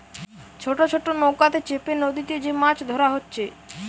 ছোট ছোট নৌকাতে চেপে নদীতে যে মাছ ধোরা হচ্ছে